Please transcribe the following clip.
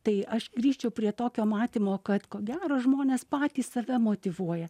tai aš grįžčiau prie tokio matymo kad ko gero žmonės patys save motyvuoja